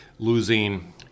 losing